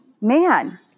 man